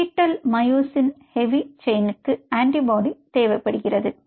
beetle myosin heavy செயின்க்கு antibody தேவைப்படுகிறது